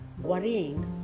worrying